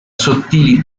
sottili